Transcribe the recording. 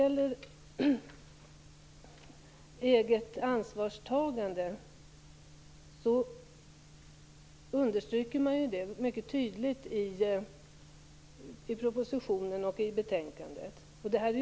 Eget ansvarstagande understryks mycket tydligt i propositionen och betänkandet.